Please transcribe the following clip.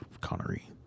connery